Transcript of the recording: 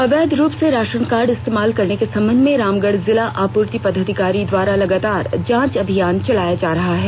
अवैध रूप से राशन कार्ड इस्तेमाल करने के संबंध में रामगढ़ जिला आपूर्ति पदाधिकारी द्वारा लगातार जांच अभियान चलाया जा रहा है